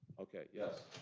ok, yes?